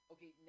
Okay